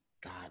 God